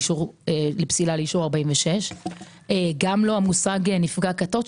לפסילה לאישור 46. גם לא המושג נפגע כתות.